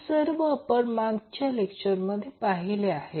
हे सर्व आपण मागच्या लेक्चरमध्ये पाहिले आहे